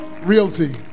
Realty